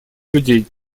людей